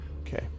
okay